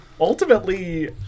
ultimately